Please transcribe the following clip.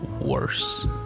worse